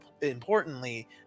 importantly